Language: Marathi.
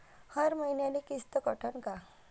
हर मईन्याले किस्त कटन का?